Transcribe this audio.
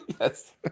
Yes